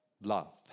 Love